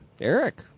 Eric